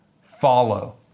follow